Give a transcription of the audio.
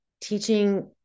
teaching